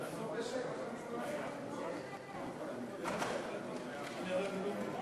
אני רוצה להסביר,